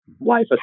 life